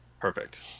Perfect